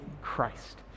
Christ